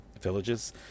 villages